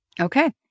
Okay